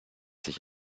sich